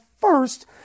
first